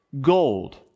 gold